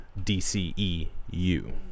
DCEU